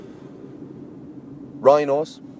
Rhinos